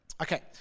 Okay